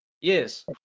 Yes